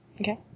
Okay